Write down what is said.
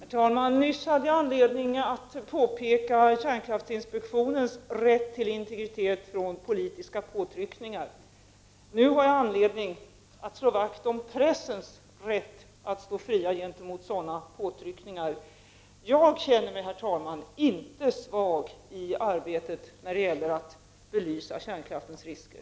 Herr talman! Nyss hade jag anledning att framhålla kärnkraftsinspektionens rätt till integritet när det gäller politiska påtryckningar. Nu har jag anledning att slå vakt om pressens rätt att stå fri gentemot sådana påtryckningar. Jag känner mig inte svag i arbetet när det gäller att belysa kärnkraftens risker.